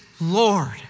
Lord